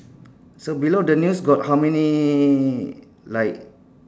so below the news got how many like